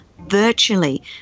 virtually